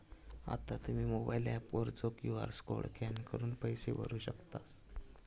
आता तुम्ही mobile app वरचो क्यू.आर कोड स्कॅन करून पैसे भरू शकतास